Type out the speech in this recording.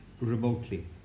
remotely